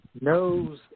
knows